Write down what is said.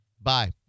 Bye